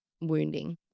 wounding